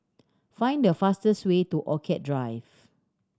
find the fastest way to Orchid Drive